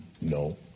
No